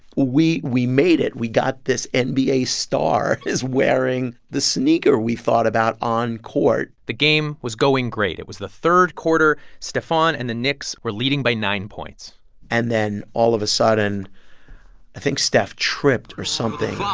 we we made it. we got this and nba star is wearing the sneaker we thought about on court the game was going great. it was the third quarter. stephon and the knicks were leading by nine points and then all of a sudden, i think steph tripped or something